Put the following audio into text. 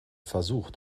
versucht